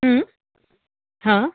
हं हां